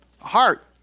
heart